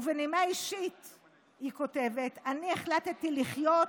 ובנימה אישית היא כותבת: אני החלטתי לחיות,